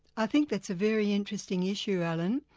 i think that's a very interesting issue, alan.